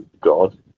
God